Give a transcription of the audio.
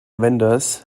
vendors